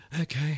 Okay